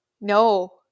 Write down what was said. no